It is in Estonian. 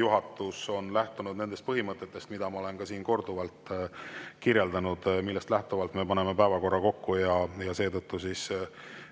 Juhatus on lähtunud nendest põhimõtetest, mida ma olen siin korduvalt kirjeldanud, millest lähtuvalt me paneme päevakorra kokku, seetõttu